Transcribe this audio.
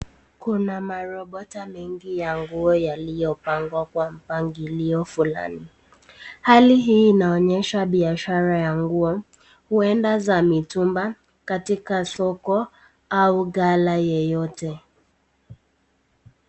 Kuna marobota mingi ya nguo yaliyopangagwa kwa mpangilio fulani. Hali hii inaonyesha biashara ya nguo. Uenda za mitumba, katika soko, au gala yeyote.